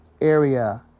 area